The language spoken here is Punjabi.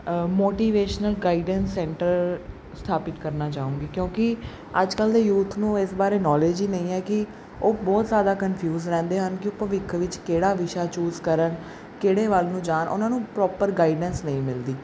ਮੋਟੀਵੇਸ਼ਨਲ ਗਾਈਡੈਂਸ ਸੈਂਟਰ ਸਥਾਪਿਤ ਕਰਨਾ ਚਾਹੂੰਗੀ ਕਿਉਂਕਿ ਅੱਜ ਕੱਲ੍ਹ ਦੇ ਯੂਥ ਨੂੰ ਇਸ ਬਾਰੇ ਨੋਲੇਜ ਹੀ ਨਹੀਂ ਹੈਗੀ ਉਹ ਬਹੁਤ ਜ਼ਿਆਦਾ ਕਨਫਿਊਜ਼ ਰਹਿੰਦੇ ਹਨ ਕਿ ਉਹ ਭਵਿੱਖ ਵਿੱਚ ਕਿਹੜਾ ਵਿਸ਼ਾ ਚੂਜ਼ ਕਰਨ ਕਿਹੜੇ ਵੱਲ ਨੂੰ ਜਾਣ ਉਹਨਾਂ ਨੂੰ ਪ੍ਰੋਪਰ ਗਾਈਡੈਂਸ ਨਹੀਂ ਮਿਲਦੀ